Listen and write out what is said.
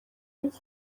live